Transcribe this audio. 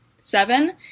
seven